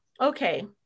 okay